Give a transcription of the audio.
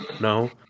No